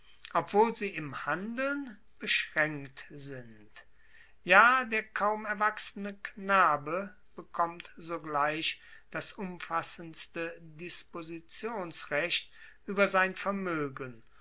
obwohl sie im handeln beschraenkt sind ja der kaum erwachsene knabe bekommt sogleich das umfassendste dispositionsrecht ueber sein vermoegen